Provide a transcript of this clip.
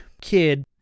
kid